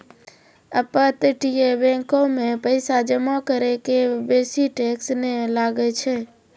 अपतटीय बैंको मे पैसा जमा करै के बेसी टैक्स नै लागै छै